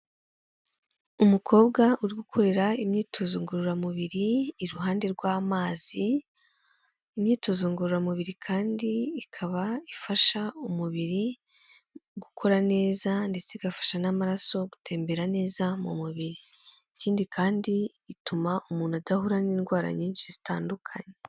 Umukobwa uri gukorera imyitozo ngororamubiri iruhande rw'amazi, imyitozo ngororamubiri kandi ikaba ifasha umubiri gukora neza ndetse igafasha n'amaraso gutembera neza mu mubiri. Ikindi kandi ituma umuntu adahura n'indwara nyinshi zitandukanye.